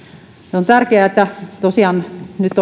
on tärkeää että tosiaan nyt